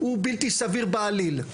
הוא בלתי סביר בעליל.